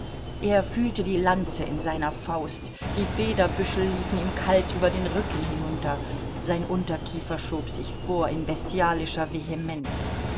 er fühlte die lanze in seiner faust die federbüschel liefen ihm kalt über den rücken hinunter sein unterkiefer schob sich vor in bestialischer vehemenz